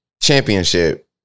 championship